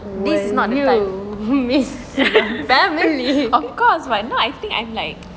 of course right now I think I'm like